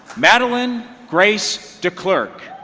madeline grace declerk